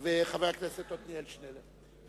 גדעון עזרא וחבר הכנסת עתניאל שנלר.